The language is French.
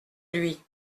lui